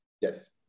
Yes